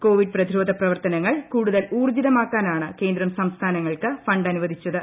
Covid പ്രതിരോധ പ്രവർത്തനങ്ങൾ കൂടുതൽ ഊർജിതമാക്കാനാണ് കേന്ദ്രം സംസ്ഥാനങ്ങൾക്ക് ഫണ്ട് അനുവദിച്ചത്